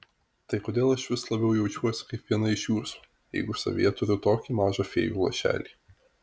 tai kodėl aš vis labiau jaučiuosi kaip viena iš jūsų jeigu savyje turiu tokį mažą fėjų lašelį